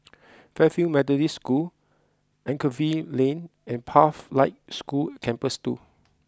Fairfield Methodist School Anchorvale Lane and Pathlight School Campus two